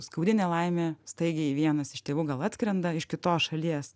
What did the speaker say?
skaudi nelaimė staigiai vienas iš tėvų gal atskrenda iš kitos šalies